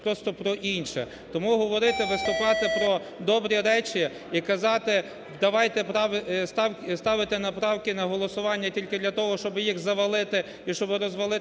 просто про інше. Тому говорити, виступати про добрі речі і казати: давайте ставити правки на голосування тільки для того, щоб їх завалити і щоб розвалити